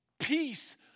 peace